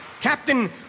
Captain